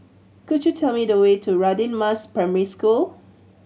could you tell me the way to Radin Mas Primary School